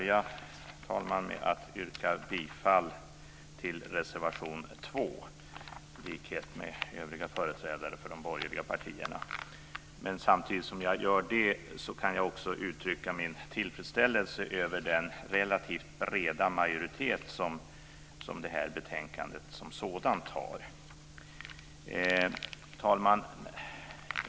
Jag ska börja med att yrka bifall till reservation 2, i likhet med övriga företrädare för de borgerliga partierna. Samtidigt kan jag också uttrycka min tillfredsställelse över den relativt breda majoritet som står bakom betänkandet som sådant. Herr talman!